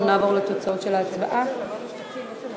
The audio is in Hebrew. אנחנו נעבור לתוצאות ההצבעה: 12 חברי כנסת בעד,